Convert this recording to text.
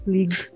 League